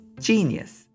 genius